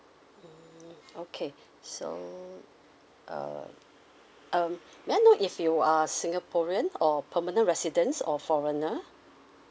hmm okay so uh um may I know if you are singaporean or permanent residence or foreigner